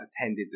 attended